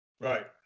Right